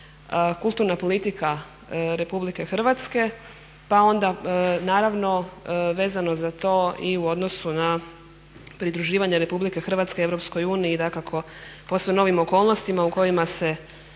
kulturna politika RH, pa onda naravno vezano za to i u odnosu na pridruživanje Republike Hrvatske Europskoj uniji, dakako posve novim okolnostima u kojima se